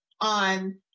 on